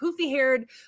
poofy-haired